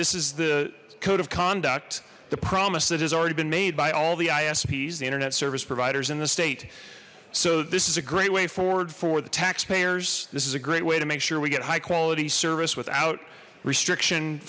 this is the code of conduct the promise that has already been made by all the isps the internet service providers in the state so this is a great way forward for the taxpayers this is a great way to make sure we get high quality service without restriction